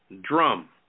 drum